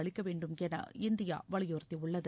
அளிக்கவேண்டுமென India வலியுறுத்தியுள்ளது